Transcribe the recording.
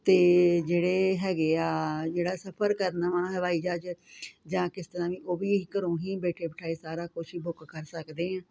ਅਤੇ ਜਿਹੜੇ ਹੈਗੇ ਆ ਜਿਹੜਾ ਸਫਰ ਕਰਨਾ ਵਾ ਹਵਾਈ ਜਹਾਜ਼ ਜਾਂ ਕਿਸ ਤਰ੍ਹਾਂ ਵੀ ਉਹ ਵੀ ਘਰੋਂ ਹੀ ਬੈਠੇ ਬਿਠਾਏ ਸਾਰਾ ਕੁਛ ਹੀ ਬੁੱਕ ਕਰ ਸਕਦੇ ਹਾਂ